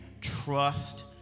trust